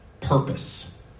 purpose